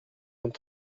vingt